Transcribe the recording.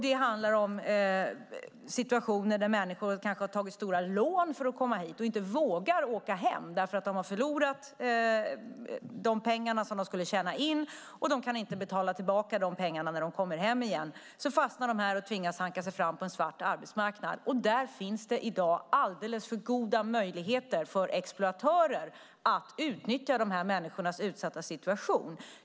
Det handlar om situationer där människor kan ha tagit stora lån för att komma hit och inte vågar åka hem, för de har förlorat de pengar som de skulle tjäna in, och de kan inte betala tillbaka lånet när de kommer hem igen. Därför fastnar de här och tvingas hanka sig fram på en svart arbetsmarknad. Där finns det i dag alldeles för goda möjligheter för exploatörer att utnyttja dessa människors utsatta situation.